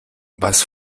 was